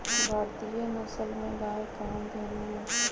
भारतीय नसल में गाय कामधेनु हई